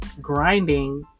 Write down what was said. grinding